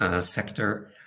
sector